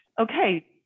Okay